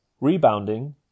Rebounding